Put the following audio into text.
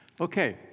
okay